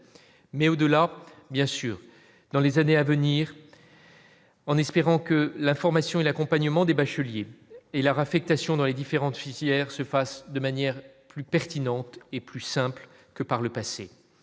mais au-delà, bien sûr, dans les années à venir, en espérant que la formation et l'accompagnement des bacheliers, et la réaffectation dans les différentes filières se fasse de manière plus pertinente et plus simple que par le passé